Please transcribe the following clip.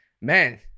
man